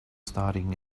starting